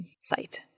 site